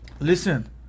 Listen